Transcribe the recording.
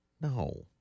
No